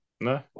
No